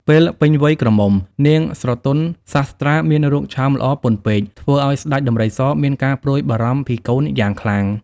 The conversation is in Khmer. ពេលពេញវ័យក្រមុំនាងស្រទន់សាស្ត្រាមានរូបឆោមល្អពន់ពេកធ្វើឱ្យស្តេចដំរីស មានការព្រួយបារម្ភពីកូនយ៉ាងខ្លាំង ។